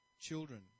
children